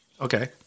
Okay